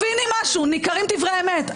ניכרים דברי אמת.